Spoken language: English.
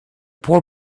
poor